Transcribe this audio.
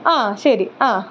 ആ ശെരി ആ